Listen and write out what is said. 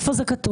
איפה זה כתוב?